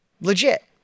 legit